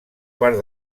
part